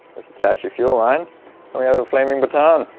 just attach your fuel line and we have a flaming baton!